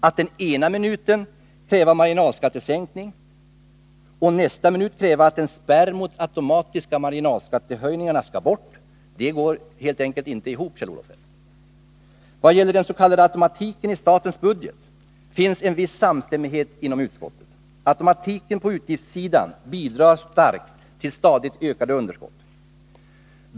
Att den ena minuten kräva marginalskattesänkning och nästa minut kräva att en spärr mot automatiska marginalskattehöjningar skall bort, det går väl ändå inte ihop, Kjell-Olof Feldt. Vad gäller den s.k. automatiken i statens budget, finns en viss samstämmighet inom utskottet. Automatiken på utgiftssidan bidrar starkt till stadigt ökande underskott.